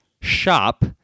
shop